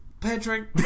Patrick